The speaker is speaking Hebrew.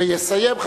ויסיים,